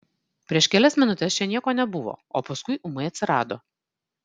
prieš kelias minutes čia nieko nebuvo o paskui ūmai atsirado